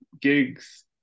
gigs